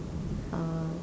uh